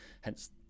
hence